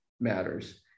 matters